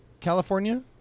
California